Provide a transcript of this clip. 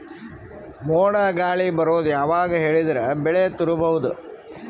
ಮೋಡ ಗಾಳಿ ಬರೋದು ಯಾವಾಗ ಹೇಳಿದರ ಬೆಳೆ ತುರಬಹುದು?